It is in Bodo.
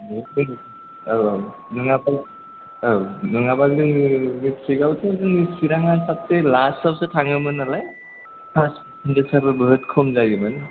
औ औ नङाबा औ नङाबा जोंनि मेट्रिकआवथ' जोंनि चिरांआनो सबसे लासआवसो थाङोमोन नालाय पास फारसेनथेजआबो बहुथ खम जायोमोन